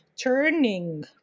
turning